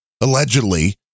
allegedly